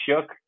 shook